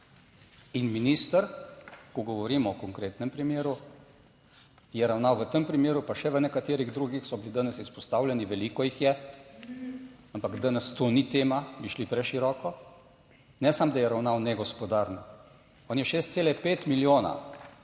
In minister, ko govorimo o konkretnem primeru, je ravnal v tem primeru, pa še v nekaterih drugih, ki so bili danes izpostavljeni, veliko jih je, ampak danes to ni tema, bi šli preširoko, ne samo, da je ravnal negospodarno, on je 6,5 milijona